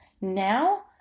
Now